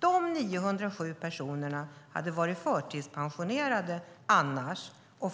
De 907 personerna hade annars varit förtidspensionerade,